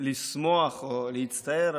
לשמוח או להצטער,